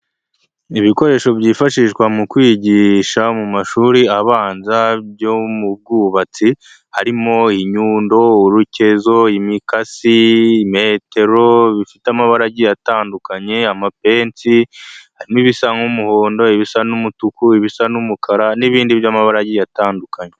Ibikoresho byifashishwa mu kwigisha mu mashuri abanza byo mu bwubatsi, harimo inyundo, urukezo, imikasi, metero, bifite amabaragi atandukanye, amapensi n'ibisa nk'umuhondo, ibisa n'umutuku, ibisa n'umukara, n'ibindi by'amabara agiye atandukanye.